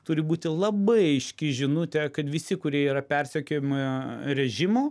turi būti labai aiški žinutė kad visi kurie yra persekiojami režimo